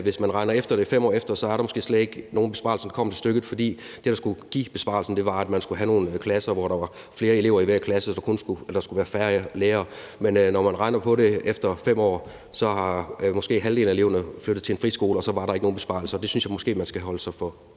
hvis man regner det efter 5 år senere, er der måske slet ikke nogen besparelse, når det kommer til stykket. For det, der skulle give besparelsen, var, at man skulle have nogle klasser med flere elever, så der skulle være færre lærere, men når man regner på det efter 5 år, er halvdelen af eleverne måske flyttet til en friskole, og så var der ikke nogen besparelse. Og det synes jeg måske man skal holde sig for